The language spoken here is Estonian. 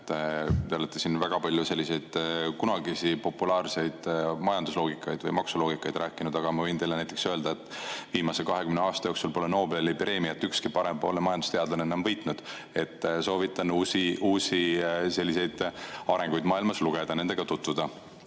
Te olete siin väga palju sellisest kunagi populaarsest majandusloogikast või maksuloogikast rääkinud, aga ma võin teile öelda, et viimase 20 aasta jooksul pole Nobeli preemiat ükski parempoolne majandusteadlane võitnud. Soovitan uutest arengutest maailmas lugeda, nendega tutvuda.